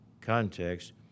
context